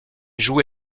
joue